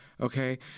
okay